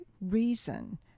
reason